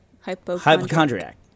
Hypochondriac